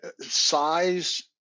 size